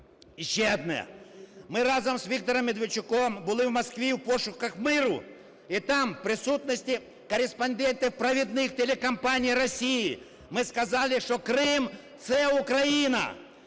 І ще одне. Ми разом з Віктором Медведчуком були в Москві у пошуках миру. І там у присутності кореспондентів провідних телекомпаній Росії ми сказали, що Крим – це Україна.